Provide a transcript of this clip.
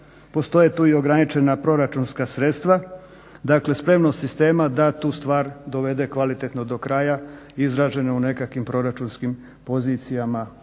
postoje tu i ograničena proračunska sredstva, dakle spremnost sistema da tu stvar dovede kvalitetno do kraja izražene u nekakvim proračunskim pozicijama